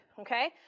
okay